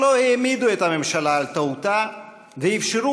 שלא העמידו את הממשלה על טעותה ואפשרו